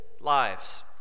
lives